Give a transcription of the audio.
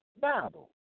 Bible